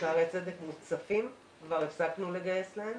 שערי צדק מוצפים וכבר הפסקנו לגייס להם.